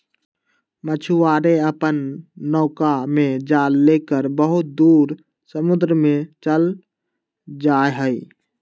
मछुआरे अपन नौका में जाल लेकर बहुत दूर समुद्र में चल जाहई